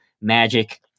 magic